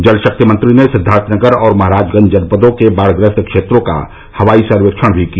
जल शक्ति मंत्री ने सिद्दार्थनगर और महाराजगंज जनपदों के बाढ़ग्रस्त क्षेत्रों का हवाई सर्वेक्षण भी किया